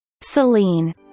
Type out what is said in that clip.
Celine